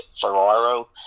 Ferraro